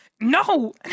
No